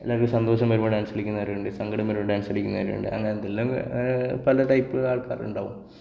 എല്ലാവർക്കും സന്തോഷം വരുമ്പോൾ ഡാൻസ് കളിക്കുന്നവരുണ്ട് സങ്കടം വരുമ്പോൾ ഡാൻസ് കളിക്കുന്നവരുണ്ട് അങ്ങനെ എന്തെല്ലാം പല ടൈപ്പ് ആൾക്കാരുണ്ടാവും